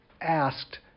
asked